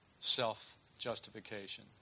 self-justification